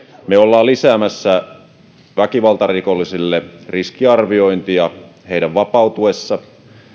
me olemme lisäämässä väkivaltarikollisille riskiarviointia heidän vapautuessaan